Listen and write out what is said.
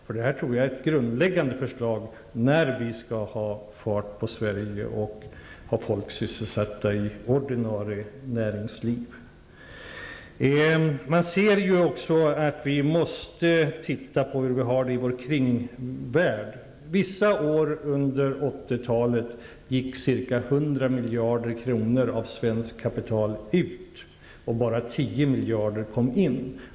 Jag tror att detta är ett grundläggande förslag om vi skall få fart på Sverige och ha människor sysselsatta i ordinarie näringsliv. Vi måste ju också titta på hur det ser ut i vår omvärld. Vissa år under 1980-talet gick ca 100 miljarder kronor av svenskt kapital ut, och bara 10 miljarder kom in.